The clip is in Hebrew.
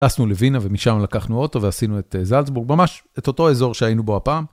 טסנו לווינה ומשם לקחנו אוטו ועשינו את זלצבורג, ממש את אותו אזור שהיינו בו הפעם.